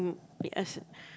they ask